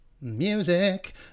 Music